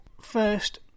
First